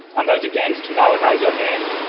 and those against, no and raise your hand.